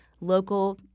local